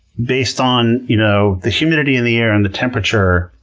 based on you know the humidity in the air, and the temperature,